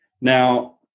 Now